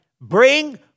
Bring